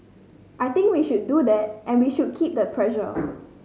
I think we should do that and we should keep the pressure